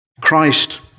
Christ